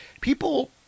people